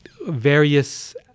various